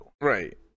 right